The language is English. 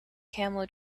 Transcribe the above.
camel